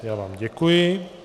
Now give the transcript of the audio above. Já vám děkuji.